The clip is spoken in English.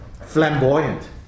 flamboyant